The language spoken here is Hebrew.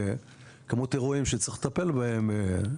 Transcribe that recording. כמות אירועים שצריך לטפל בהם.